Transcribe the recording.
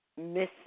Miss